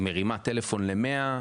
היא מרימה טלפון ל-100?